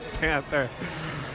Panther